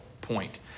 point